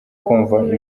kumva